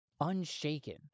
unshaken